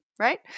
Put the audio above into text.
Right